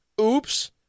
Oops